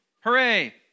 Hooray